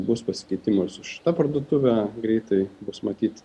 bus pasikeitimų ir su šita parduotuve greitai bus matyt